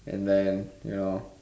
and then you know